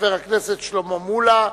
חבר הכנסת שלמה מולה,